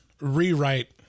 rewrite